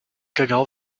genau